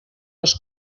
les